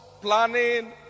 planning